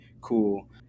cool